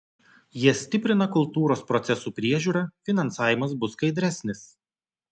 jie stiprina kultūros procesų priežiūrą finansavimas bus skaidresnis